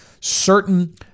certain